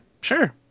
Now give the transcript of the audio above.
sure